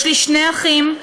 יש לי שני אחים.